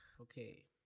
okay